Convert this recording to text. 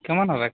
কেমন হবে